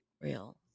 real